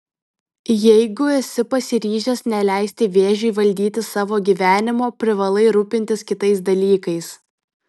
jeigu esi pasiryžęs neleisti vėžiui valdyti savo gyvenimo privalai rūpintis kitais dalykais